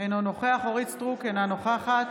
אינו נוכח אורית מלכה סטרוק, אינה נוכחת